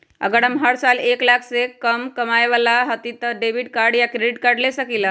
अगर हम हर साल एक लाख से कम कमावईले त का हम डेबिट कार्ड या क्रेडिट कार्ड ले सकीला?